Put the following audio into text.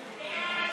3,